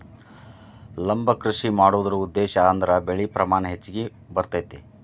ಲಂಬ ಕೃಷಿ ಮಾಡುದ್ರ ಉದ್ದೇಶಾ ಅಂದ್ರ ಬೆಳೆ ಪ್ರಮಾಣ ಹೆಚ್ಗಿ ಬರ್ತೈತಿ